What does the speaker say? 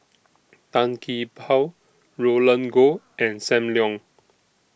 Tan Gee Paw Roland Goh and SAM Leong